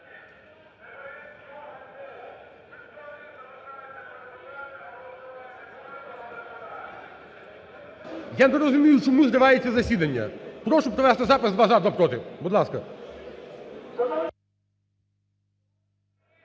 Я не розумію, чому зривається засідання? Прошу провести запис: два – за, два – проти. Будь ласка.